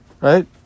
right